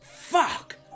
Fuck